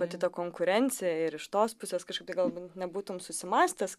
pati ta konkurencija ir iš tos pusės kažkaip tai gal bent nebūtum susimąstęs